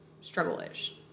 Struggle-ish